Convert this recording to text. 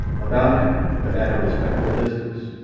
about him, but at a respectful distance,